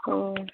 अ